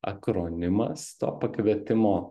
akronimas to pakvietimo